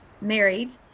married